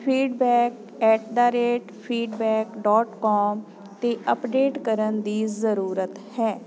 feedback at the rate feedback dot com 'ਤੇ update ਕਰਨ ਦੀ ਜ਼ਰੂਰਤ ਹੈ